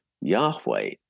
Yahweh